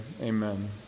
amen